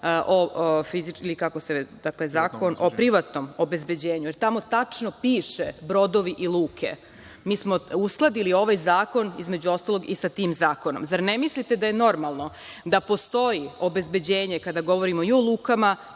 o privatnom obezbeđenju, jer tamo tačno piše - brodovi i luke. Mi smo uskladili ovaj zakon, između ostalog, i sa tim zakonom. Zar ne mislite da je normalno da postoji obezbeđenje kada govorimo i o lukama